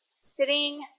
sitting